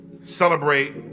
celebrate